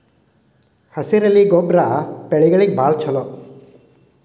ಹಸಿರೆಲೆ ಗೊಬ್ಬರ ಬೆಳೆಗಳಿಗೆ ಬಾಳ ಚಲೋ